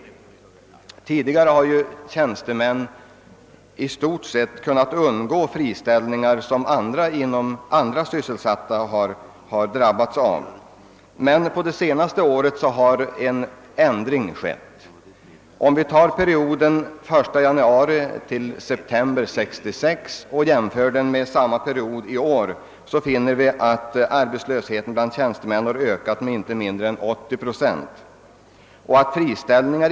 Friställningarna har emellertid inte bara berott på nedläggningar och inskränkningar av driften utan också på rationaliseringar — kanske främst datateknikens insteg i administrationen. Tidigare har tjänstemän i stort sett kunnat undgå friställningar medan andra anställda drabbats. Under det senaste året har emellertid en ändring ägt rum härvidlag.